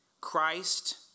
Christ